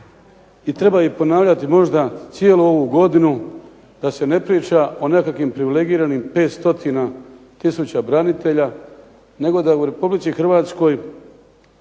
i treba ih ponavljati možda cijelu ovu godinu da se ne priča o nekakvim privilegiranim 500 tisuća branitelja nego da u Republici Hrvatskoj